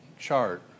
chart